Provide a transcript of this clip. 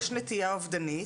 יש נטייה אובדנית,